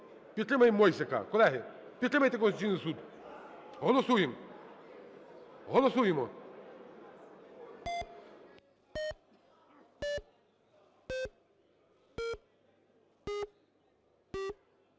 Підтримаємо Мойсика. Колеги, підтримайте Конституційний Суд. Голосуємо! Голосуємо!